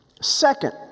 Second